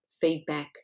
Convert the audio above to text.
feedback